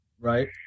Right